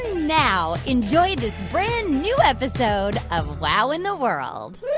now enjoy this brand-new episode of wow in the world